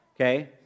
okay